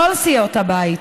כל סיעות הבית,